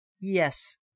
Yes